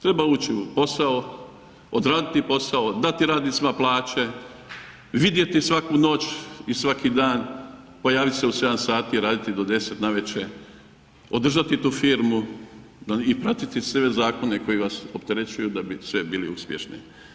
Treba ući u posao, odraditi posao, dati radnicima plaće, vidjeti svaku noć i svaki dan, pojaviti se u 7h, raditi do 10 navečer, održati tu firmu i pratiti sve zakone koji vas opterećuju da biste bili uspješni.